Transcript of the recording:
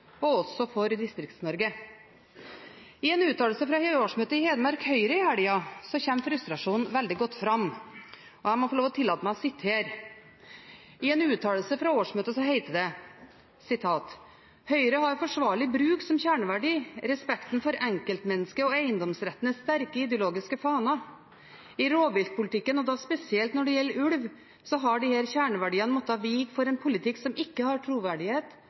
og også for Distrikts-Norge. I en uttalelse fra årsmøtet i Hedmark Høyre i helga kommer frustrasjonen veldig godt fram, og jeg tillater meg å sitere: «Høyre har forsvarlig bruk som en kjerneverdi. Respekten for enkeltmennesket og eiendomsretten er sterke ideologiske faner. I rovviltpolitikken og da spesielt når det gjelder ulv, har disse kjerneverdiene måttet vike for en politikk som ikke har troverdighet